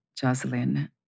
Jocelyn